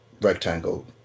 rectangle